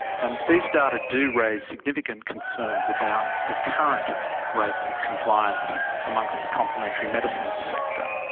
and these data do raise significant concerns about the current rates of compliance amongst the complementary medicine sector.